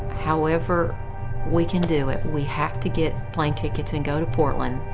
however we can do it, we have to get plane tickets and go to portland.